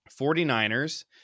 49ers